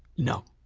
no.